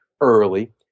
early